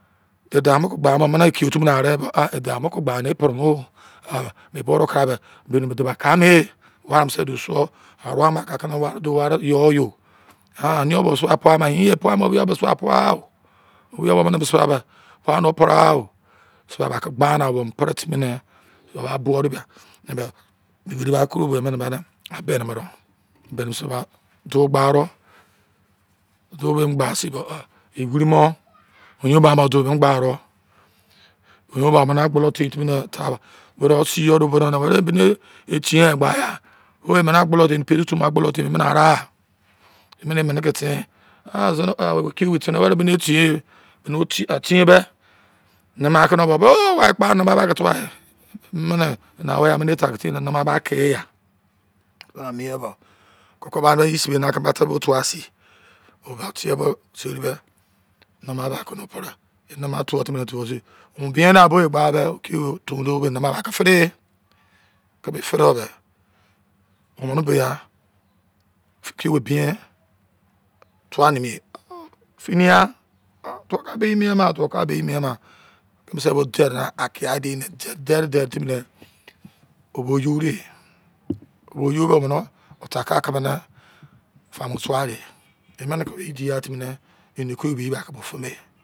E dau mo ke gba mo amene eki ye timi na are bo ah e dau mo ke gba me pre mo ah me bo de kruai me baini me diba ka ma ware me se do suo are ama ka na ware yo yo ah ane yo ba suwa pai-ma inyo po-ama owei suwa paio owei owo bo ne pai no pre ya o so a ba ke gba na bo pre timi nee o ba nori be ane be biri viri ba koro be mene abene mo do baini suwa do gba ro do be me gba sin bo oh eviri mo oyoun bamo do emo gbaro oyoun ba mene agbolo in timi nee were si yo do bo de were be de sin gba ya oh mene agbolo do ni pere timi agbolo tin mini emene areai? Amene emene ke ten ah zine akiwe ten ne were mene tie te be ah were kpa-kpa no ke tuwa mene nana were emene ta ke mise nana ba ke ya mira mien bo koko me na sibe tebe tuwa sin oba tie bo seri be eba kuno pre ama tuwu timi tuwu sin mu ben na bo gba be a keme fe do be omene ben yan fi ki wei ben tuwa ne mi ye ah finayan ah tuka be mien ma keme se bo dede akia deyi de dere dere dere timi nee o bo yode o yoa omene a take ake mene famu tuwa de emene ke bo indi ya timi ne ki fe me a